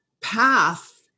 path